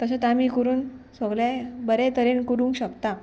तशेंच आमी करून सोगलें बरें तरेन करूंक शकता